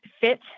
fit